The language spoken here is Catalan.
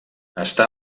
està